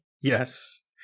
Yes